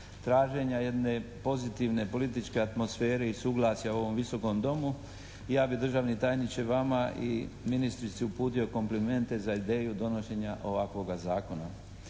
traženja jedne pozitivne političke atmosfere i suglasja u ovom Visokom domu. Ja bih državni tajniče vama i ministrici uputio komplimente za ideju donošenja ovakvoga zakona.